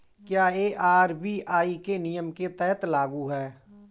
क्या यह आर.बी.आई के नियम के तहत लागू है?